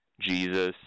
Jesus